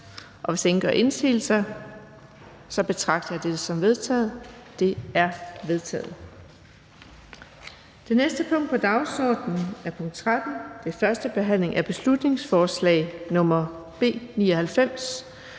Hvis ingen gør indsigelse, betragter jeg dette som vedtaget. Det er vedtaget. --- Det næste punkt på dagsordenen er: 13) 1. behandling af beslutningsforslag nr. B 99: